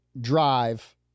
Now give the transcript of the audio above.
drive